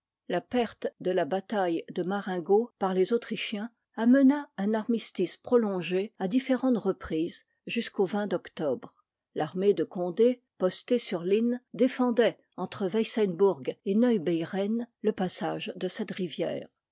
la perte de la bataille de marengo par i part les autrichiens amena un armistice pro liv il longé à différentes reprises jusqu'au d'octobre l'armée de condé postée sur flnn défendoit entre weissembourg et neubeieren le passage de cette rivière